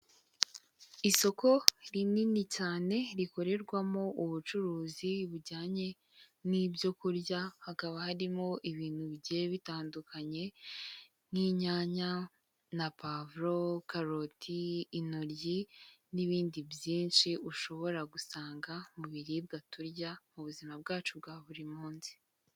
Isoko rinini cyane rikorerwamo ubucuruzi bujyanye n'ibyokurya hakaba harimo ibintu bigiye bitandukanye; nk'inyanya na pavuro, karoti, intoryi n'ibindi byinshi ushobora gusanga mu biribwa turya mu buzima bwacu bwa buri munsi.